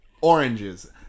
Oranges